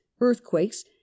earthquakes